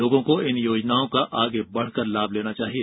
लोगों को इन योजनाओं का आगे बढ़कर लाभ लेना चाहिए